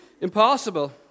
Impossible